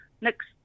next